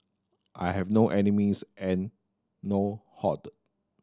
I have no enemies and no